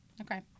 Okay